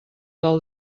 del